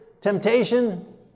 temptation